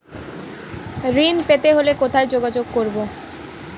ঋণ পেতে হলে কোথায় যোগাযোগ করব?